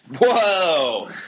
Whoa